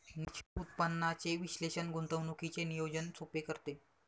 निश्चित उत्पन्नाचे विश्लेषण गुंतवणुकीचे नियोजन सोपे करते